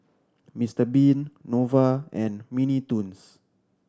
Mister Bean Nova and Mini Toons